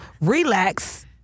relax